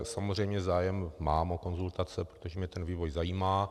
Samozřejmě zájem mám o konzultace, protože mě ten vývoj zajímá.